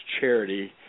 charity